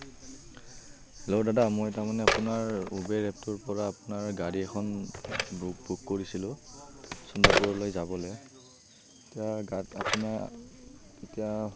hello দাদা মই মানে তাৰমানে আপোনাৰ উবেৰ এপটোৰ পৰা আপোনাৰ গাড়ী এখন বুক বুক কৰিছিলোঁ চন্দ্ৰপুৰলৈ যাবলে এতিয়া গাত আপোনাৰ তেতিয়া